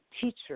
teacher